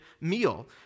meal